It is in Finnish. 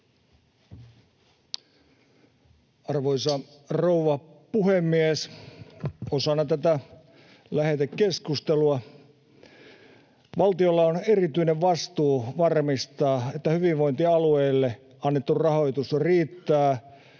Arvoisa rouva puhemies! Osana tätä lähetekeskustelua: Valtiolla on erityinen vastuu varmistaa, että hyvinvointialueille annettu rahoitus riittää